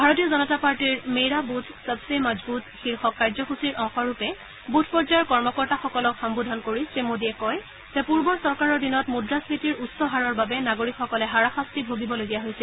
ভাৰতীয় জনতা পাৰ্টীৰ মেৰা বুথ সবচে মজবুত শীৰ্ষক কাৰ্যসূচীৰ অংশৰূপে বুথ পৰ্যায়ৰ কৰ্মীসকলক সম্বোধন কৰি শ্ৰীমোডীয়ে কয় যে পূৰ্বৰ চৰকাৰৰ দিনত মূদ্ৰাস্ফীতিৰ উচ্চ হাৰৰ বাবে নাগৰিকসকলে হাৰাশাস্তি ভূগিবলগীয়া হৈছিল